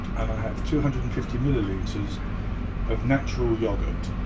and i have two hundred and fifty millilitere of natural yoghurt.